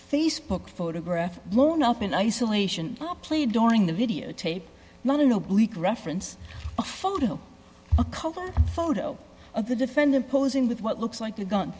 facebook photograph blown up in isolation play during the videotape nonono bleak reference photo a cover photo of the defendant posing with what looks like a gun